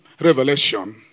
revelation